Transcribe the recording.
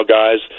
guys